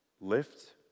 lift